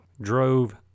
drove